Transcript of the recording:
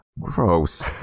Gross